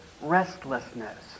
restlessness